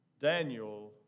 Daniel